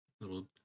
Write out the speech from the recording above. little